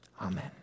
Amen